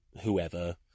whoever